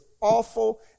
awful